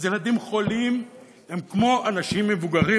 אז ילדים חולים הם כמו אנשים מבוגרים